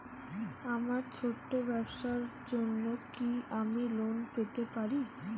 আমার ছোট্ট ব্যাবসার জন্য কি আমি লোন পেতে পারি?